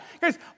Guys